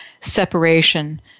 separation